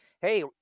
hey